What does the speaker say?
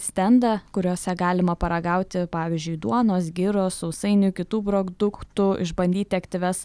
stendą kuriuose galima paragauti pavyzdžiui duonos giros sausainių kitų produktų išbandyti aktyvias